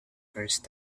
first